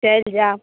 चलि जाउ